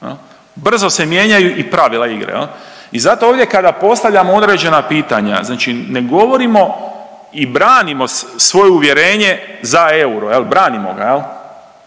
brzo se mijenjaju i pravila igre. I zato ovdje kada postavljamo određena pitanja, znači ne govorimo i branimo svoje uvjerenje za euro, je li, branimo ga